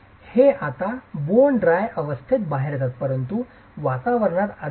हे आता bone dry अवस्था बाहेर येते परंतु वातावरणात आर्द्रता असते